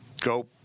Go